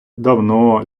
давно